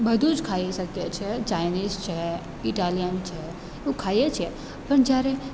બધું જ ખાઈ શકીએ છે ચાઈનીઝ છે ઇટાલિયન છે એ ખાઈએ છીએ પણ જયારે